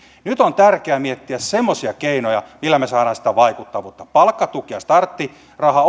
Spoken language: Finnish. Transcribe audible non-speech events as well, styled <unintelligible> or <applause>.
nyt on tärkeää miettiä semmoisia keinoja millä me saamme sitä vaikuttavuutta palkkatuki ja starttiraha <unintelligible>